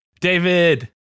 David